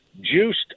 juiced